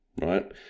right